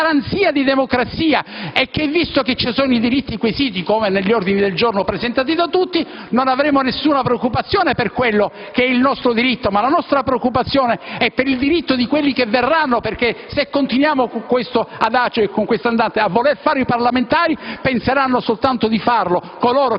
che è garanzia di democrazia e che, visto che ci sono i diritti quesiti (come si ricorda negli ordini del giorno presentati da tutti) non avremo nessuna preoccupazione per quello che è il nostro diritto. Ma la nostra preoccupazione è per il diritto di quelli che verranno, perché, se continuiamo con questo andazzo, a voler fare i parlamentari penseranno soltanto coloro